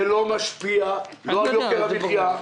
זה לא משפיע על יוקר המחיה,